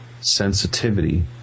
sensitivity